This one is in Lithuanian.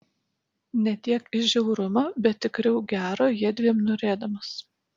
ne tiek iš žiaurumo bet tikriau gero jiedviem norėdamas